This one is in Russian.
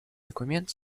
документ